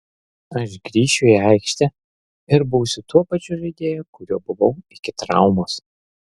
aš grįšiu į aikštę ir būsiu tuo pačiu žaidėju kuriuo buvau iki traumos